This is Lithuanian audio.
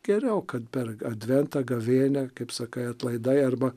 geriau kad per adventą gavėnią kaip sakai atlaidai arba